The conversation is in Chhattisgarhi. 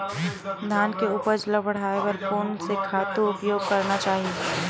धान के उपज ल बढ़ाये बर कोन से खातु के उपयोग करना चाही?